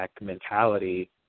mentality